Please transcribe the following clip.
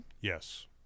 yes